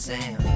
Sam